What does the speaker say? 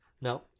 No